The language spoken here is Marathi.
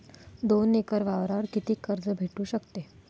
दोन एकर वावरावर कितीक कर्ज भेटू शकते?